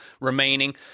remaining